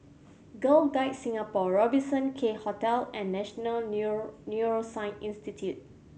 Girl Guides Singapore Robertson Quay Hotel and National Neuroscience Institute